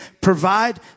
provide